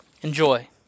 Enjoy